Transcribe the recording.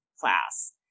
class